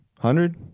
Hundred